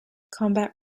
combat